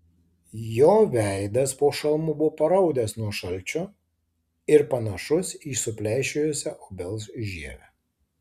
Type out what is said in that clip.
jo veidas po šalmu buvo paraudęs nuo šalčio ir panašus į supleišėjusią obels žievę